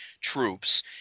troops